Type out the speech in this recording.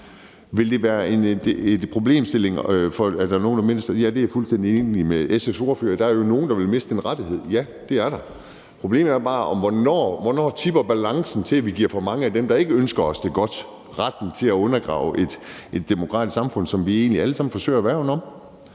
mister den rettighed? Ja, det er jeg fuldstændig enig med SF's ordfører i. Der er jo nogle, der vil miste en rettighed. Det er der. Problemet er bare, hvornår balancen tipper til, at vi giver for mange af dem, der ikke ønsker os det godt, retten til at undergrave et demokratisk samfund, som vi egentlig alle sammen forsøger at værne om.